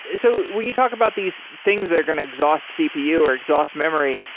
so when you talk about these things that are going to exhaust cpu or exhaust memory,